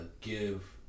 give